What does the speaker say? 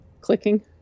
Clicking